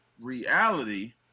reality